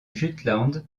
jutland